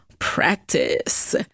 practice